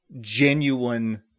genuine